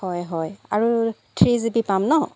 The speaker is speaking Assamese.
হয় হয় আৰু থ্ৰী জি বি পাম ন